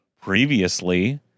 previously